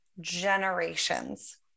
generations